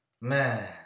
man